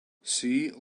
see